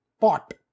pot